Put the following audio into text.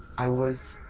i was.